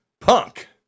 punk